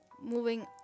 moving